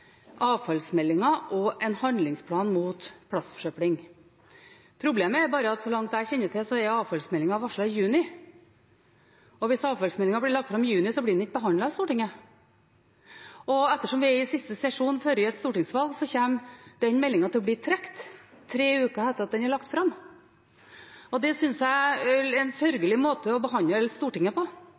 og en handlingsplan mot plastforsøpling. Problemet er bare at så langt jeg kjenner til, er avfallsmeldingen varslet i juni. Hvis avfallsmeldingen blir lagt fram i juni, blir den ikke behandlet av Stortinget. Ettersom dette er siste sesjon før et stortingsvalg, kommer den meldingen til å bli trukket tre uker etter at den er lagt fram. Det synes jeg er en sørgelig måte å behandle Stortinget på,